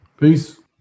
Peace